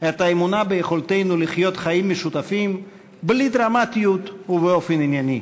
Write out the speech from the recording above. את האמונה ביכולתנו לחיות חיים משותפים בלי דרמטיות ובאופן ענייני.